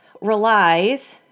relies